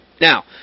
Now